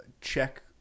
check